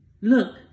look